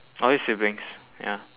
all his siblings ya